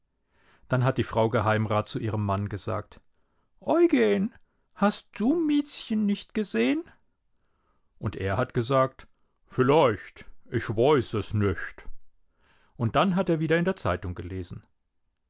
dann hat die frau geheimrat zu ihrem mann gesagt eugen hast du miezchen nicht gesehen und er hat gesagt vüloicht ich woiß es nücht und dann hat er wieder in der zeitung gelesen